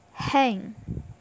Hang